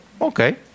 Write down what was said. Okay